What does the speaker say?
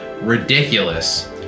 ridiculous